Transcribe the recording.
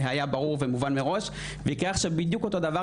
זה היה ברור ומובן מראש ויקרה עכשיו בדיוק אותו דבר,